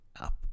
up